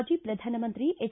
ಮಾಜಿ ಪ್ರಧಾನಮಂತ್ರಿ ಎಚ್